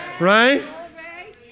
Right